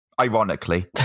ironically